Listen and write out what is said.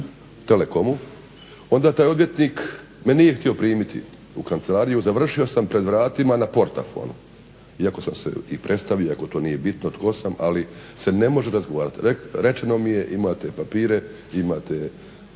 telekomu, onda taj odvjetnik me nije htio primiti u kancelariju, završio sam pred vratima na portafonu iako sam se i predstavio iako to nije bitno tko sam, ali se ne može razgovarati. Rečeno mi je imate papire, imate